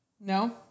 no